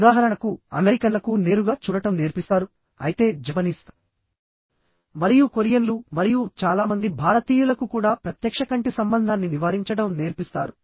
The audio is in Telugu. ఉదాహరణకు అమెరికన్లకు నేరుగా చూడటం నేర్పిస్తారుఅయితే జపనీస్ మరియు కొరియన్లు మరియు చాలా మంది భారతీయులకు కూడా ప్రత్యక్ష కంటి సంబంధాన్ని నివారించడం నేర్పిస్తారు